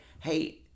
hey